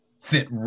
fit